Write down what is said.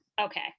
Okay